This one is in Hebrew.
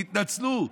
תתנצלו,